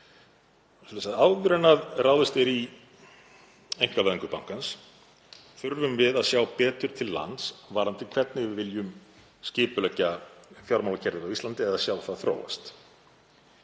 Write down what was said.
Áður en ráðist er í einkavæðingu bankans þurfum við að sjá betur til lands varðandi hvernig við viljum skipuleggja fjármálakerfið á Íslandi eða sjá það þróast.